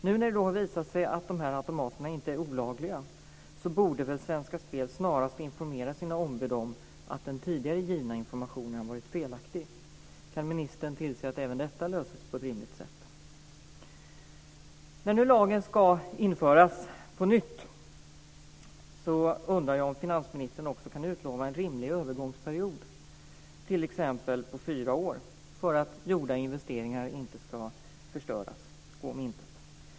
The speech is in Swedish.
Nu när det har visat sig att automaterna inte är olagliga borde väl Svenska Spel snarast informera sina ombud om att den tidigare givna informationen har varit felaktig. Kan ministern tillse att även detta löses på ett rimligt sätt? När nu lagen ska införas på nytt undrar jag om finansministern också kan utlova en rimlig övergångsperiod, t.ex. på fyra år, för att gjorda investeringar inte ska förstöras och gå om intet.